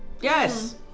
Yes